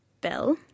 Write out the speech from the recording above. bill